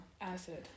acid